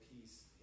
peace